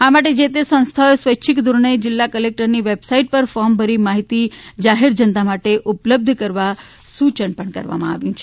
આ માટે જે તે સંસ્થાઓને સ્વૈચ્છિક ધોરણે જિલ્લા કલેકટરની વેબસાઈટ પર ફોર્મ ભરી માહિતી જાહેર જનતા માટે ઉપલબ્ધ કરવા સુચન પણ કરવામાં આવ્યું છે